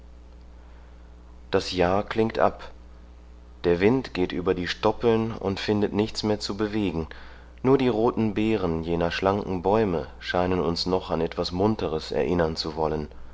das jahr klingt ab der wind geht über die stoppeln und findet nichts mehr zu bewegen nur die roten beeren jener schlanken bäume scheinen uns noch an etwas munteres erinnern zu wollen